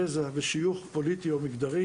גזע או שיוך פוליטי או מגדרי.